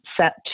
set